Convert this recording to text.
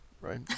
right